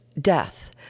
death